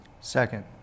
second